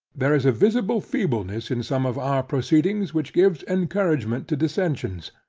there is a visible feebleness in some of our proceedings which gives encouragement to dissentions.